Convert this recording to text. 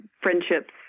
friendships